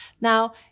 Now